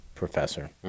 professor